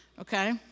Okay